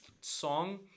song